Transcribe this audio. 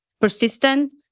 persistent